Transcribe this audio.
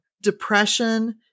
depression